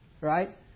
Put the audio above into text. Right